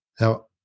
now